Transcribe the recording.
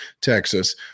texas